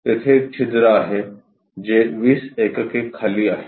तेथे एक छिद्र आहे जे 20 एकके खाली आहे